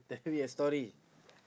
tell me a story